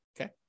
okay